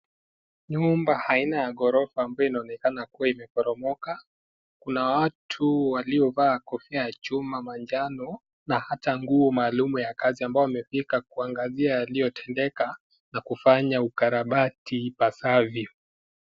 Nyumba aina ya ghorofa ambayo inaonekana kuwa imeporomoka. Kuna watu waliovaa kofia ya chuma manjano na ata nguo maalum ya kazi ambao wamefika kuagazia yaliyotendeka na kufanya ukarabati ipasavyo.